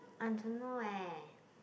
I don't know eh